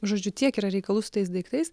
žodžiu tiek yra reikalų su tais daiktais